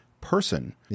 person